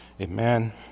Amen